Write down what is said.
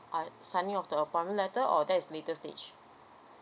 I signing of the appointment letter or there's later stage